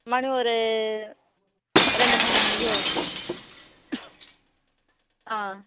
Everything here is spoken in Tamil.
மணி ஒரு ரெண்டு மூணு மணிக்கு வருவோம் ஆ